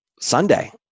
Sunday